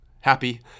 happy